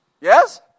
Yes